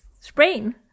sprain